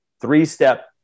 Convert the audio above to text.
three-step